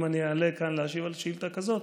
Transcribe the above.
אם אני אעלה כאן להשיב על שאילתה כזאת,